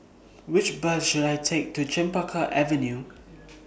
Which Bus should I Take to Chempaka Avenue